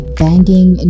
banging